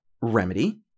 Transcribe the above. Remedy